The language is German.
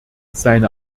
seine